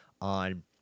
on